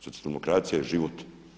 Socijaldemokracija je život.